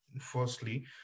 firstly